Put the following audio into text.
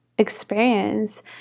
experience